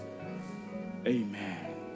Amen